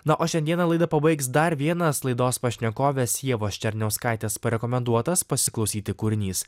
na o šiandieną laidą pabaigs dar vienas laidos pašnekovės ievos černiauskaitės parekomenduotas pasiklausyti kūrinys